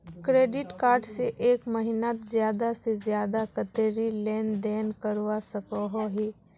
Credit card से एक महीनात ज्यादा से ज्यादा कतेरी लेन देन करवा सकोहो ही?